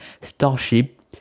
Starship